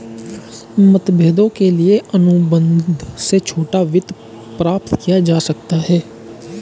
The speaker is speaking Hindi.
मतभेदों के लिए अनुबंध से छोटा वित्त प्राप्त किया जा सकता है